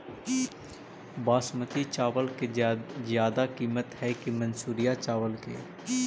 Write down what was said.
बासमती चावल के ज्यादा किमत है कि मनसुरिया चावल के?